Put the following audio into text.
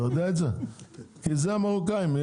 אלה המרוקאים.